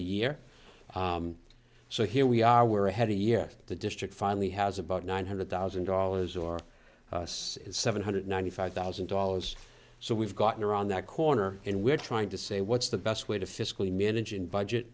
year so here we are we're ahead a year the district finally has about nine hundred thousand dollars or seven hundred ninety five thousand dollars so we've gotten around that corner and we're trying to say what's the best way to fiscally manage and budget